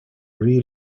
real